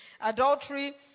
adultery